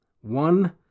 One